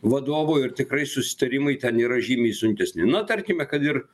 vadovo ir tikrai susitarimai ten yra žymiai sunkesni na tarkime kad ir